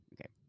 Okay